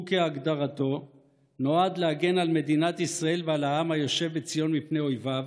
הוא כהגדרתו נועד להגן על מדינת ישראל ועל העם היושב בציון מפני אויביו,